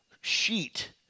sheet